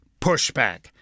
pushback